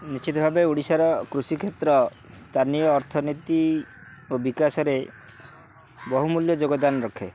ନିଶ୍ଚିତ ଭାବେ ଓଡ଼ିଶାର କୃଷି କ୍ଷେତ୍ର ସ୍ଥାନୀୟ ଅର୍ଥନୀତି ଓ ବିକାଶରେ ବହୁ ମୂଲ୍ୟ ଯୋଗଦାନ ରଖେ